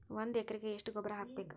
ಒಂದ್ ಎಕರೆಗೆ ಎಷ್ಟ ಗೊಬ್ಬರ ಹಾಕ್ಬೇಕ್?